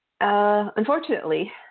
Unfortunately